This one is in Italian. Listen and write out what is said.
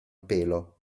pelo